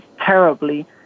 terribly